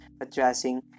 addressing